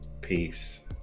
Peace